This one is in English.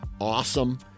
awesome